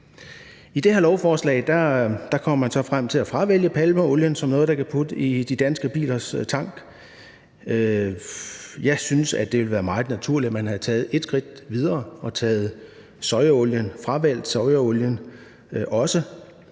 I det her lovforslag kommer man så frem til at fravælge palmeolie som noget, der kan puttes i de danske bilers tanke. Jeg synes, at det ville have været meget naturligt, at man var gået et skridt videre og havde fravalgt sojaolien også.